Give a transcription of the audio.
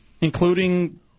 Including